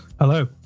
Hello